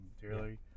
dearly